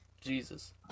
Jesus